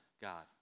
God